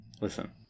Listen